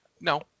No